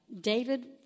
David